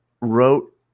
wrote